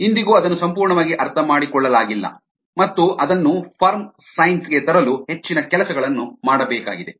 ಇಂದಿಗೂ ಅದನ್ನು ಸಂಪೂರ್ಣವಾಗಿ ಅರ್ಥಮಾಡಿಕೊಳ್ಳಲಾಗಿಲ್ಲ ಮತ್ತು ಅದನ್ನು ಫರ್ಮ್ ಸೈನ್ಸ್ ಗೆ ತರಲು ಹೆಚ್ಚಿನ ಕೆಲಸಗಳನ್ನು ಮಾಡಬೇಕಾಗಿದೆ